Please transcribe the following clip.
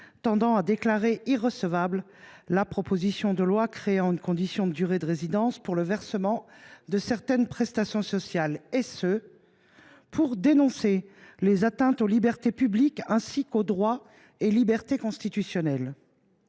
l’exception d’irrecevabilité à la proposition de loi créant une condition de durée de résidence pour le versement de certaines prestations sociales. Il s’agit de dénoncer les atteintes aux libertés publiques ainsi qu’aux droits et aux libertés constitutionnels.